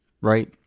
right